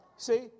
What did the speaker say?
See